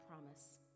promise